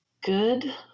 Good